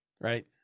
right